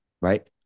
right